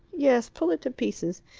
yes. pull it to pieces.